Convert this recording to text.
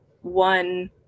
one